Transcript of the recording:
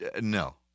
No